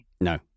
No